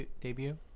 debut